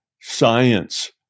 science